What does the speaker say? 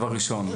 דבר ראשון,